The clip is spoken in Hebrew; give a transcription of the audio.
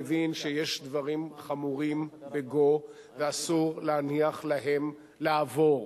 מבין שיש דברים חמורים בגו ואסור להניח להם לעבור.